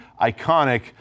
iconic